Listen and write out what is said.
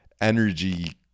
energy